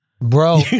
bro